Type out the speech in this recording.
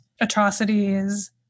atrocities